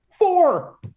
Four